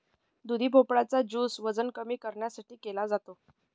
दुधी भोपळा चा ज्युस वजन कमी करण्यासाठी घेतला जातो